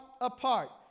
apart